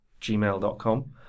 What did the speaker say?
gmail.com